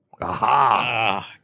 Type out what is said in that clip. Aha